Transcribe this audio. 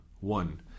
One